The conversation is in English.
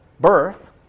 birth